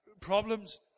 problems